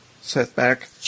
setback